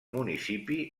municipi